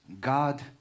God